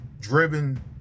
driven